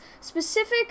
specific